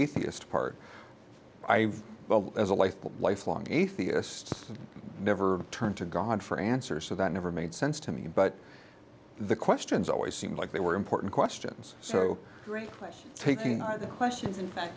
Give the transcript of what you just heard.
atheist part i well as a life lifelong atheist never turned to god for answers so that never made sense to me but the questions always seemed like they were important questions so great place taking are the questions in fact